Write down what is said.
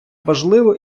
важливо